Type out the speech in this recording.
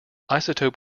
isotope